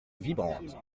vibrante